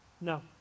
No